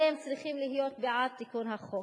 הרי הם צריכים להיות בעד תיקון החוק.